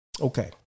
Okay